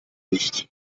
nicht